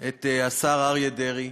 את השר אריה דרעי,